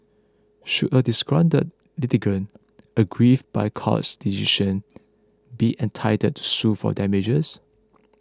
should a disgruntled litigant aggrieve by courts decisions be entitled to sue for damages